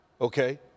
okay